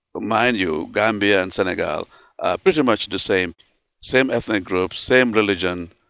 mind you, gambia and senegal are pretty much the same same ethnic groups, same religion,